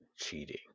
cheating